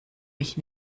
mich